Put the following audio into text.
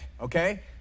Okay